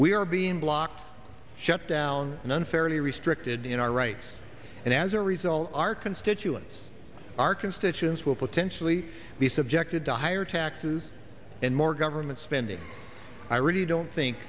we are being blocked shut down and unfairly restricted in our rights and as a result our constituents our constituents will potentially be subjected to higher taxes and more government spending i really don't think